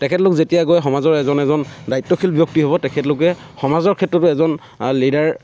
তেখেতলোক যেতিয়া গৈ সমাজৰ এজন এজন দায়িত্বশীল ব্যক্তি হ'ব তেখেতলোকে সমাজৰ ক্ষেত্ৰতো এজন লীডাৰ